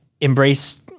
embrace